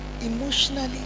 emotionally